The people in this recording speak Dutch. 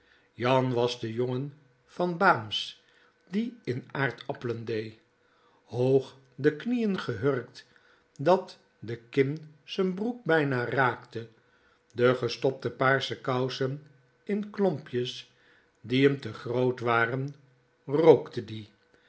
jan was de jongen van baams die in aardappelen dee hoog de knieën gehurkt dat de kin z'n broek bijna raakte de gestopte paarse kousen in klompjes die m te groot waren r o